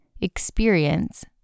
experience